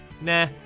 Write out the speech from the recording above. Nah